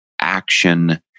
action